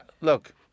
Look